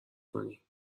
کنی